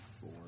four